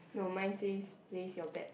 no mine says place your bets